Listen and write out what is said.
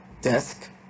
desk